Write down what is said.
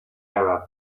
arab